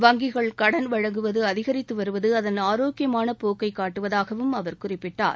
வங்கிகள் கடன் வழங்குவது அதிகரித்து வருவது அதன் ஆரோக்கியமான போக்கை காட்டுவதாகவும் அவர் குறிப்பிட்டார்